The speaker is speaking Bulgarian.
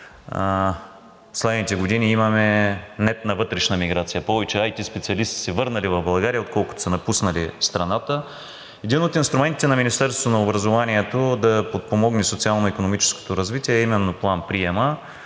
последните години имаме нетна вътрешна миграция. Повече IT специалисти са се върнали в България, отколкото са напуснали страната. Един от инструментите на Министерството на образованието да подпомогне социално-икономическото развитие е именно план приемът